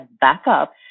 backup